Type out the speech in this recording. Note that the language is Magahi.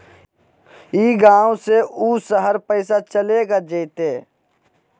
ई गांव से ऊ शहर पैसा चलेगा जयते?